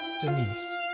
Denise